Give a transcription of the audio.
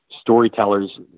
storytellers